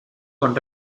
con